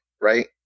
right